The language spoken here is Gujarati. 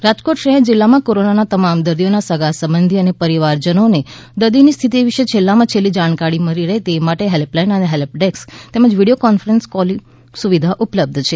રાજકોટ કોરોના રાજકોટ શહેર જિલ્લામાં કોરોનાના તમામ દર્દીઓના સગા સંબંધી અને પરિવારજનોને દર્દીની સ્થિતિ વિશે છેલ્લામાં છેલ્લી જાણકારી મળી રહે તે માટે હેલ્પ લાઇન અને હેલ્પ ડેસ્ક તેમજ વીડિયો કોલિંગની સુવિધા ઉપલબ્ધ છે